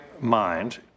mind